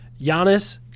Giannis